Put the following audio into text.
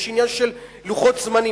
יש עניין של לוחות זמנים,